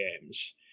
games